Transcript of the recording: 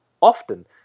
often